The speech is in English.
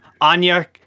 Anya